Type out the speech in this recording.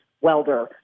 welder